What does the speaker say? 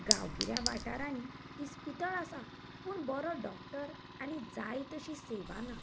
गांवगिऱ्या वाठारांनी इस्पितळ आसा पूण बरो डॉक्टर आनी जाय तशीं सेवा ना